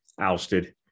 ousted